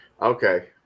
Okay